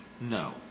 No